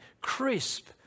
crisp